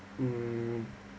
mm